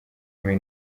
kumi